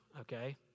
okay